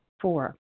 Four